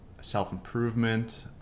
self-improvement